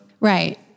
Right